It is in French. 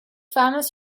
femmes